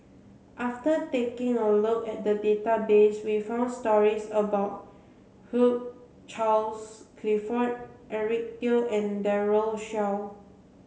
after taking a look at the database we found stories about Hugh Charles Clifford Eric Teo and Daren Shiau